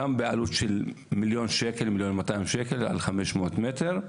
גם בעלות של 1-1.2 מיליון שקלים על 500 מטרים.